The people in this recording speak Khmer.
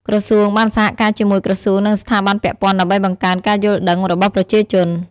ក្រសួងបានសហការជាមួយក្រសួងនិងស្ថាប័នពាក់ព័ន្ធដើម្បីបង្កើនការយល់ដឹងរបស់ប្រជាជន។